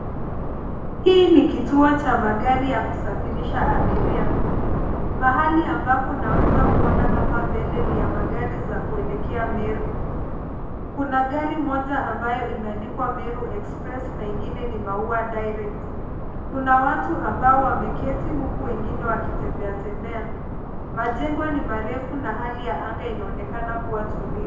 Hii ni kituo cha magari ya kusafirisha abiria. Mahali ambako naweza kuona hapa mbele ni ya magari za kuelekea Meru. Kuna gari moja ambayo imeandikwa Meru (cs) Express (cs) na ingine ni Maua (cs) Direct(cs) . Kuna watu ambao wameketi huku wengine wakitembea tembea. Majengo ni marefu na hali ya anga inaonekana kuwa tulivu.